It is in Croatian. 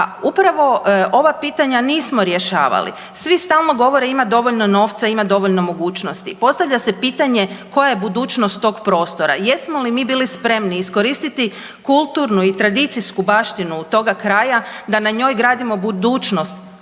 upravo ova pitanja nismo rješavali. Svi stalno govore ima dovoljno novca, ima dovoljno mogućnosti. Postavlja se pitanje koja je budućnost tog prostora? Jesmo li mi bili spremni iskoristiti kulturnu i tradicijsku baštinu toga kraja da na njoj gradimo budućnost